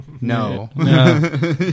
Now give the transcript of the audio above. No